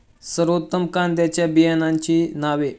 सर्वोत्तम कांद्यांच्या बियाण्यांची नावे?